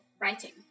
writing